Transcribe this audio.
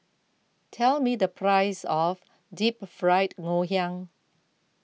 tell me the price of Deep Fried Ngoh Hiang